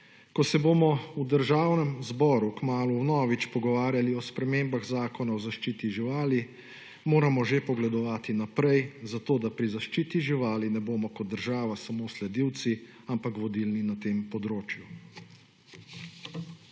Ko se bomo v Državnem zboru kmalu vnovič pogovarjali o spremembah Zakona o zaščiti živali, moramo že pogledovati naprej, zato da pri zaščiti živali ne bomo kot država samo sledilci, ampak vodilni na tem področju.